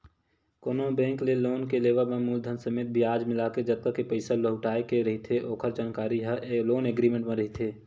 कोनो बेंक ले लोन के लेवब म मूलधन समेत बियाज मिलाके जतका के पइसा लहुटाय के रहिथे ओखर जानकारी ह लोन एग्रीमेंट म रहिथे